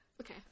okay